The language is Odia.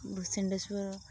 ଭୂଷଣ୍ଡେଶ୍ୱର